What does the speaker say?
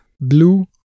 blue